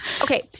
okay